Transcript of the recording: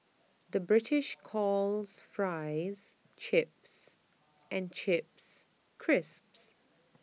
the British calls Fries Chips and Chips Crisps